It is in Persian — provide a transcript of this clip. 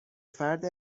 فرد